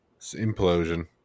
Implosion